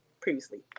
previously